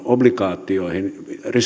obligaatiokorkoon